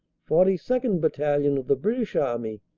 forty second. battalion of the british army,